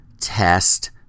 test